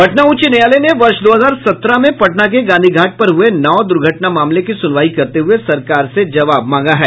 पटना उच्च न्यायालय ने वर्ष दो हजार सत्रह में पटना के गांधी घाट पर हुए नाव दुर्घटना मामले की सुनवाई करते हुए सरकार से जवाब मांगा है